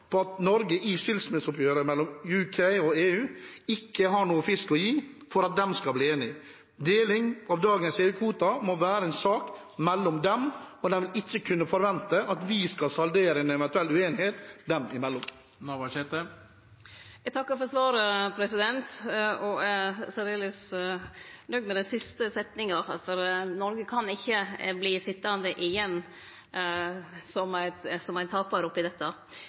på at Norge i skilsmisseoppgjøret mellom UK og EU ikke har noe fisk å gi for at de skal bli enige. Deling av dagens EU-kvoter må være en sak mellom dem, og de kan ikke forvente at vi skal saldere en eventuell uenighet dem imellom. Eg takkar for svaret og er særdeles nøgd med den siste setninga, for Noreg kan ikkje verte sitjande igjen som